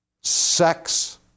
sex